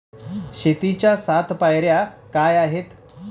शेतीच्या सात पायऱ्या काय आहेत?